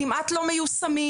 כמעט לא מיושמים,